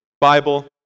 Bible